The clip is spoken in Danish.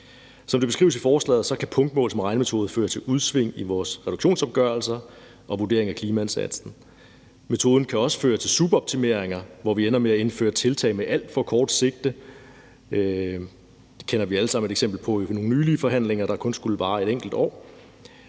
Som det beskrives i forslaget, kan punktmål som regnemetode føre til udsving i vores reduktionsopgørelser og vurderingen af klimaindsatsen. Metoden kan også føre til superoptimeringer, hvor vi ender med at indføre tiltag med et alt for kort sigte – det kender vi alle sammen et eksempel på i forbindelse med nogle nylige forhandlinger, der kun skulle vare et enkelt år